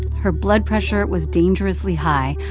her blood pressure was dangerously high.